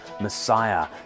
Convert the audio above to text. Messiah